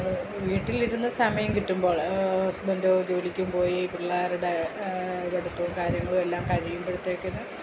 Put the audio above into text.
വീട്ടിലിരുന്ന് സമയം കിട്ടുമ്പോൾ ഹസ്ബൻഡ് ജോലിക്കും പോയി പിള്ളേരുടെ പഠിത്തവും കാര്യങ്ങളുമെല്ലാം കഴിയുമ്പോഴത്തേക്കിന്